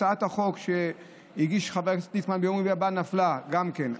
הצעת החוק שיגיש חבר הכנסת ליצמן ביום רביעי הבא נפלה גם כן,